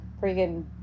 freaking